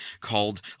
called